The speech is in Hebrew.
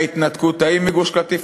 מההתנתקות ההיא מגוש-קטיף.